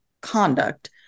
conduct